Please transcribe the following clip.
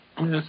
Yes